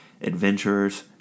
adventurers